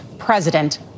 president